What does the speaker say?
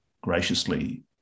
graciously